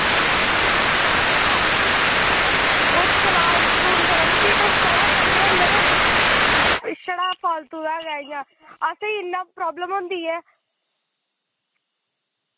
ओह् चलान चलून पता निं फ्ही तुस कैह्दा करदे ओ उल्लै ते छड़ा फालतू दा गै इयां असें इन्ना प्राब्लम होंदी ऐ